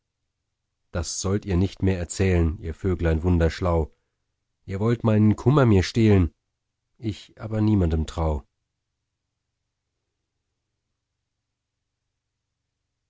das sollt ihr mir nicht mehr erzählen ihr vöglein wunderschlau ihr wollt meinen kummer mir stehlen ich aber niemanden trau